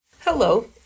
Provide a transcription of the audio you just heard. Hello